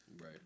Right